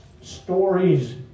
stories